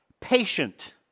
patient